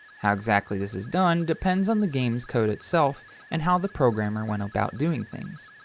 how exactly this is done depends on the game's code itself and how the programmer went about doing things.